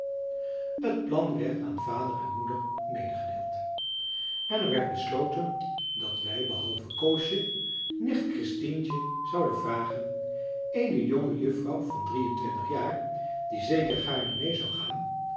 het plan werd aan vader en moeder medegedeeld en er werd besloten dat wij behalve koosje nicht christientje zouden vragen eene jonge juffrouw van drieëntwintig jaar die zeker gaarne mee zou gaan